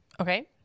Okay